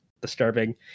disturbing